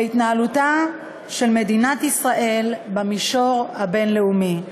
להתנהלותה של מדינת ישראל במישור הבין-לאומי.